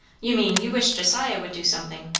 you mean, you wish josiah would do something.